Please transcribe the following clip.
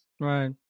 Right